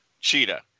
Cheetah